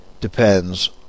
depends